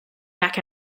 back